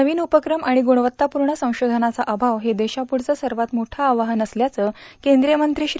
नवीन उपक्रम आणि गुणवर्तापूर्ण संशोधनाचा अभाव हे देशाप्रढचं सर्वात मोठं आव्हान असल्याचं केंद्रीय मंत्री श्री